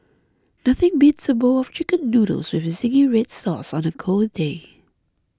nothing beats a bowl of Chicken Noodles with Zingy Red Sauce on a cold day